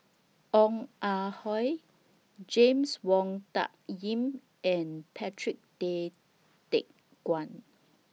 Ong Ah Hoi James Wong Tuck Yim and Patrick Tay Teck Guan